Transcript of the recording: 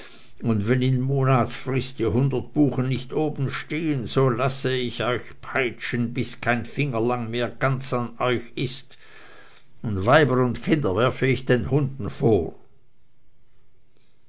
und wenn in monatsfrist die hundert buchen nicht oben stehen so lasse ich euch peitschen bis kein fingerlang mehr ganz an euch ist und weiber und kinder werfe ich den hunden vor